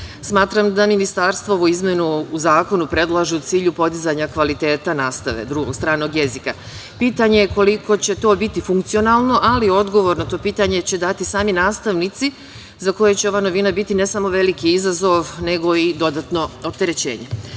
učenika. Smatram da Ministarstvo ovu izmenu u zakonu predlaže u cilju podizanja kvaliteta nastave drugog stranog jezika. Pitanje je koliko će to biti funkcionalno, ali odgovor na to pitanje će dati sami nastavnici za koje će ova novina biti ne samo veliki izazov, nego i dodatno opterećenje,